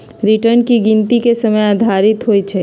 return की गिनति के समय आधारित होइ छइ